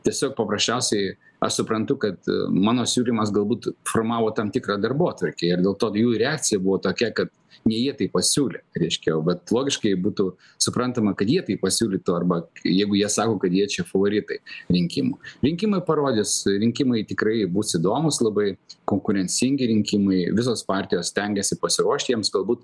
tiesiog paprasčiausiai aš suprantu kad mano siūlymas galbūt formavo tam tikrą darbotvarkę ir dėl to jų reakcija buvo tokia kad ne jie tai pasiūlė reiškia bet logiškai būtų suprantama kad jie tai pasiūlytų arba jeigu jie sako kad jie čia favoritai rinkimų rinkimai parodys rinkimai tikrai bus įdomūs labai konkurencingi rinkimai visos partijos stengiasi pasiruošti jiems galbūt